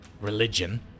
religion